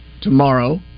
tomorrow